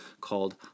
called